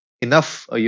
enough